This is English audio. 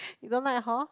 you don't like hor